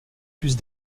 puces